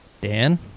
Dan